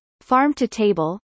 farm-to-table